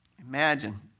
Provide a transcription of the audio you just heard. Imagine